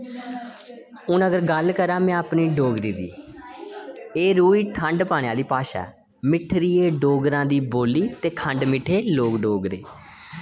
हुन अगर गल्ल करां मैं अपनी डोगरी दी एह् रूह ही ठंड पाने आह्ली भाशा ऐ मिठड़ी ऐ डोगरा दी बोली ते खंड मिट्ठे लोक डोगरे